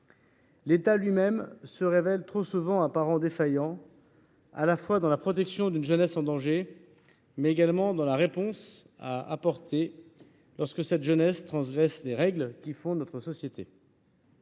L’État lui même se révèle trop souvent apparemment défaillant, à la fois dans la protection d’une jeunesse en danger et dans la réponse à apporter lorsque cette jeunesse transgresse les règles qui fondent notre société.